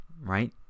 right